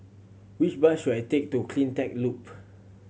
which bus should I take to Cleantech Loop